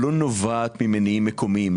לא נובעת ממניעים מקומיים.